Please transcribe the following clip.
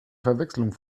verwechslung